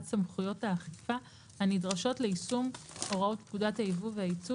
סמכויות האכיפה הנדרשות ליישום הוראות פקודת הייבוא והיצוא